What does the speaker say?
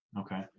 okay